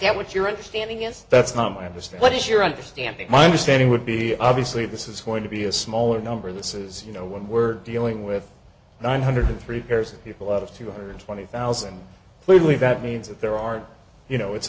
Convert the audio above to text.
that what your understanding is that's not my understand what is your understanding my understanding would be obviously this is going to be a smaller number that says you know when we're dealing with nine hundred three pairs of people out of two hundred twenty thousand clearly that means that there are you know it's